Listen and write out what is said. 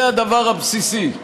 זה הדבר הבסיסי.